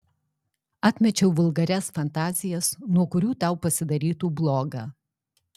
atmečiau vulgarias fantazijas nuo kurių tau pasidarytų bloga